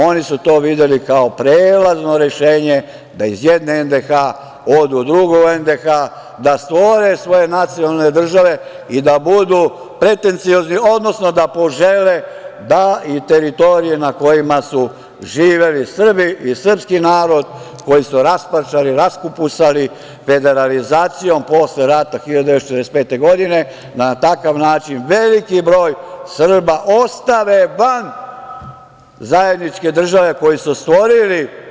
Oni su to videli kao prelazno rešenje da iz jedne NDH odu u drugu NDH, da stvore svoje nacionalne države i da budu pretenciozni, odnosno da požele da i teritorije na kojima su živeli Srbi i srpski narod, koju su rasparčali, raskupusali federalizacijom posle rata 1945. godine, na takav način veliki broj Srba ostave van zajedničke države koju su stvorili.